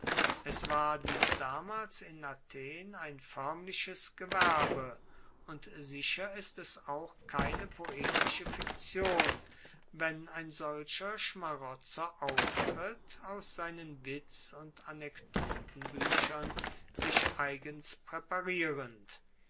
es war dies damals in athen ein foermliches gewerbe und sicher ist es auch keine poetische fiktion wenn ein solcher schmarotzer auftritt aus seinen witz und anekdotenbuechern sich eigens praeparierend